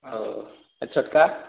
और अच्छा का